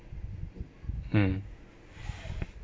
mm